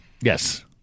Yes